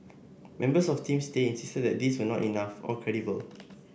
members of Team Stay insisted that these were not enough or credible